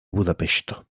budapeŝto